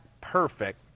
Perfect